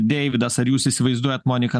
deividas ar jūs įsivaizduojat moniką